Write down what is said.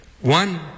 One